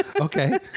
Okay